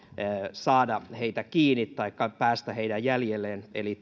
saada heitä kiinni taikka päästä heidän jäljilleen eli